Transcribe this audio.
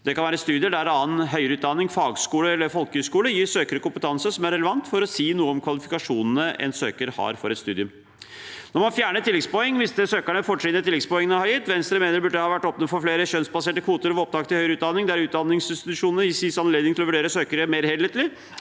Det kan være studier der annen høyere utdanning, fagskole eller folkehøyskole gir søkere kompetanse som er relevant for å si noe om kvalifikasjonene en søker har for et studium. Når man fjerner tilleggspoeng, mister søkerne fortrinnet tilleggspoengene har gitt. Venstre mener det burde ha vært åpnet for flere skjønnsbaserte kvoter ved opptak til høyere utdanning, der utdanningsinstitusjonene gis anledning til å vurdere søkere mer helhetlig.